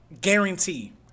Guarantee